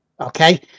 Okay